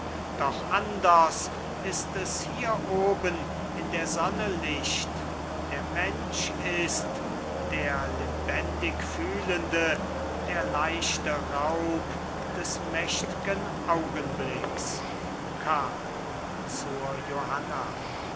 doch anders ist es hier oben in der sonne licht der mensch ist der lebendig fühlende der leichte raub des mächtgen augenblicks karl zur johanna